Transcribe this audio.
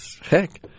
Heck